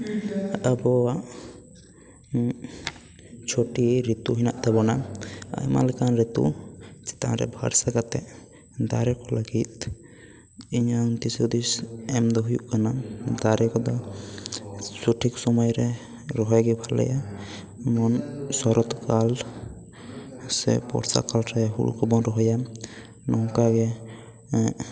ᱟᱵᱚᱭᱟᱜ ᱪᱷᱚᱴᱤ ᱨᱤᱛᱩ ᱦᱮᱱᱟᱜ ᱛᱟᱵᱚᱱᱟ ᱟᱭᱢᱟ ᱞᱮᱠᱟᱱ ᱨᱤᱛᱩ ᱪᱮᱛᱟᱱ ᱨᱮ ᱵᱷᱚᱨᱥ ᱞᱮᱠᱟᱛᱮ ᱫᱟᱨᱮ ᱠᱚ ᱞᱟᱹᱜᱤᱫ ᱤᱧᱟᱹᱜ ᱫᱤᱥ ᱦᱩᱫᱤᱥ ᱮᱢ ᱫᱚ ᱦᱩᱭᱩᱜ ᱠᱟᱱᱟ ᱫᱟᱨᱮ ᱠᱚᱫᱚ ᱥᱚᱴᱷᱤᱠ ᱥᱚᱢᱚᱭ ᱨᱮ ᱨᱚᱦᱚᱭ ᱜᱮ ᱵᱷᱟᱞᱮᱭᱟ ᱡᱮᱢᱚᱱ ᱥᱚᱨᱚᱛ ᱠᱟᱞ ᱥᱮ ᱵᱚᱨᱥᱟ ᱠᱟᱞ ᱨᱮ ᱦᱳᱲᱳ ᱠᱚᱵᱚ ᱨᱚᱦᱚᱭᱟ ᱱᱚᱝᱠᱟ ᱜᱮ